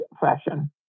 fashion